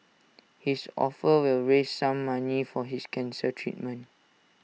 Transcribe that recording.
his offer will raise some money for his cancer treatment